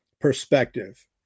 perspective